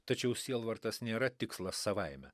tačiau sielvartas nėra tikslas savaime